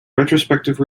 retrospective